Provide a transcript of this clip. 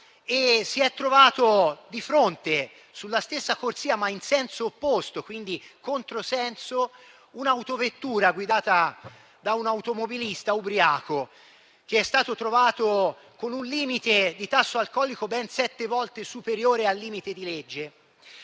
si è trovato di fronte sulla stessa corsia, ma in senso opposto (quindi contromano), un'autovettura guidata da un automobilista ubriaco che è stato trovato con un tasso alcolico ben sette volte superiore al limite di legge.